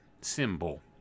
symbol